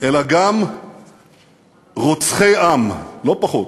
אלא גם רוצחי עם, לא פחות.